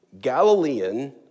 Galilean